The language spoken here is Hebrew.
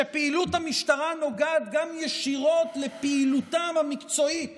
שפעילות המשטרה נוגעת גם ישירות לפעילותם המקצועית